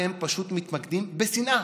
אתם פשוט מתמקדים בשנאה,